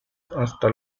hasta